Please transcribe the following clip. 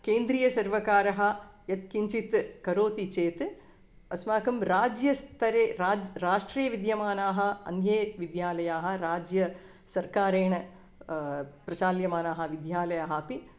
केन्द्रीयसर्वकारः यद् किञ्चित् करोति चेत् अस्माकं राज्यस्तरे राज् राष्ट्रीयविद्यमानाः अन्य विद्यालयाः राज्यसर्वकारेण प्रचाल्यमानाः विद्यालयाः अपि